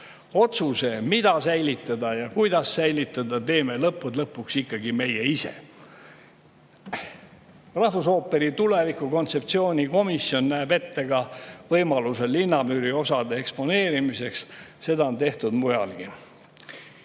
Otsuse, mida säilitada ja kuidas säilitada, teeme lõppude lõpuks ikkagi meie ise. Rahvusooperi tulevikukontseptsiooni komisjon näeb ette ka võimaluse linnamüüri osade eksponeerimiseks. Seda on tehtud mujalgi.